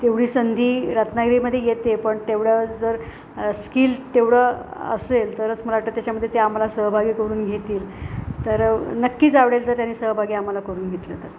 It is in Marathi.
तेवढी संधी रत्नागिरीमध्ये येते पण तेवढं जर स्किल तेवढं असेल तरच मला वाटतं त्याच्यामध्ये ते आम्हाला सहभागी करून घेतील तर नक्कीच आवडेल तर त्यांनी सहभागी आम्हाला करून घेतलं तर